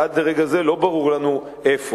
עד לרגע זה לא ברור לנו איפה.